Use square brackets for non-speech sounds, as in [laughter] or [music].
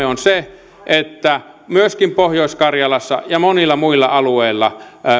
[unintelligible] on se että me pystymme myöskin pohjois karjalassa ja monilla muilla alueilla